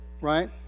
Right